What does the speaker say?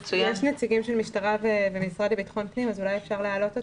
יש את נציגי המשטרה והמשרד לביטחון פנים ואולי אפשר להעלות אותם.